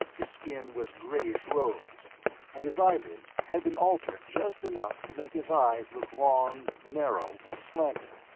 his skin was grayish-rose, and his eyelids had been altered just enough to make his eyes look long, narrow and slanted.